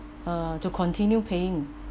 uh to continue paying